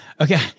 Okay